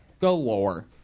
galore